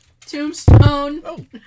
Tombstone